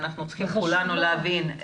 אנחנו צריכים כולנו להבין,